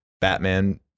Batman